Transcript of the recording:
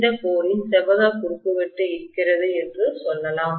இந்த கோரின் செவ்வக குறுக்குவெட்டு இருக்கிறது என்று சொல்லலாம்